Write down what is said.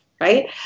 Right